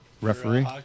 referee